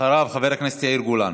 אחריו, חבר הכנסת יאיר גולן.